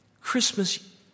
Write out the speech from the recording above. Christmas